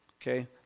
Okay